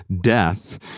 death